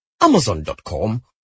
amazon.com